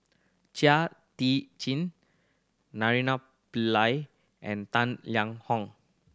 Chia Tee Naraina Pillai and Tang Liang Hong